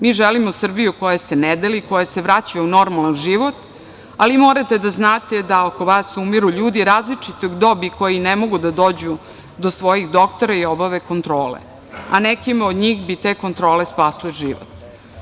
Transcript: Mi želimo Srbiju koja se ne deli, koja se vraća u normalan život, ali morate da znate da oko vas umiru ljudi različite dobi, koji ne mogu da dođu do svojih doktora i obave kontrole, a nekima od njih bi te kontrole spasile život.